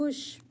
ਖੁਸ਼